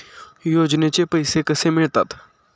योजनेचे पैसे कसे मिळतात?